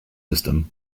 system